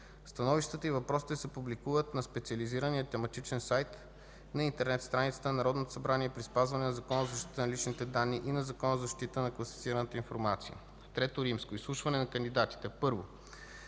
Становищата и въпросите се публикуват на специализирания тематичен сайт на интернет страницата на Народното събрание при спазване на Закона за защита на личните данни и на Закона за защита на класифицираната информация. III. Изслушване на кандидатите.